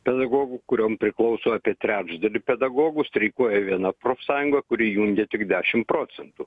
pedagogų kuriom priklauso apie trečdalį pedagogų streikuoja viena profsąjunga kuri jungia tik dešim procentų